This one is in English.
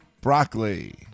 Broccoli